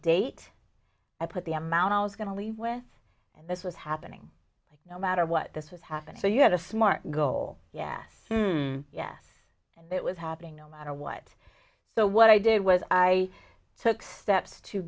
date i put the amount i was going to leave with and this was happening no matter what this was happening so you had a smart goal yes yes and it was happening no matter what so what i did was i took steps to